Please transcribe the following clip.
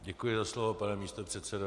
Děkuji za slovo, pane místopředsedo.